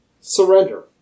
Surrender